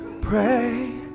pray